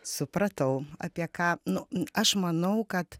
supratau apie ką nu aš manau kad